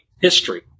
history